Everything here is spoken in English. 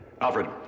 Alfred